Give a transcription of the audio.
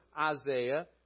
Isaiah